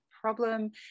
problem